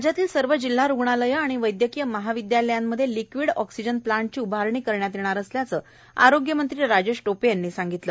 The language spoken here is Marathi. राज्यातल्या सर्व जिल्हा रुग्णालयं आणि वैद्यकीय महाविद्यालयांमध्ये लिक्विड ऑक्सिजन प्लांटची उभारणी करण्यात येणार असल्याचं आरोग्यमंत्री राजेश टोपे यांनी सांगितलं